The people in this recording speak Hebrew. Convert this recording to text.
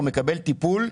מקבל טיפול.